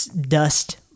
dust